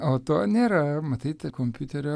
o to nėra matyti kompiuterio